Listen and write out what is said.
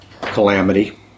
calamity